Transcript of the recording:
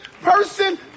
person